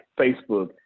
Facebook